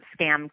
scam